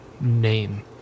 name